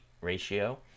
ratio